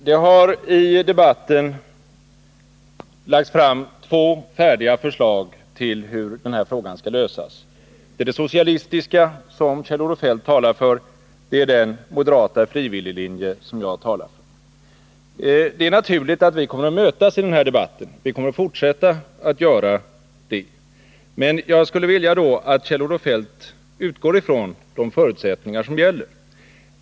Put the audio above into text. Herr talman! Det har i debatten lagts fram två färdiga förslag till hur den här frågan skall lösas, dels det socialistiska förslaget, som Kjell-Olof Feldt talar för, dels det moderata förslaget om en frivilliglinje, som jag har talat för. Vi kommer självfallet att mötas i den här debatten även i fortsättningen. Men jag skulle vilja att Kjell-Olof Feldt utgår från de förutsättningar som gäller.